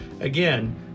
Again